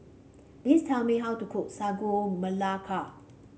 please tell me how to cook Sagu Melaka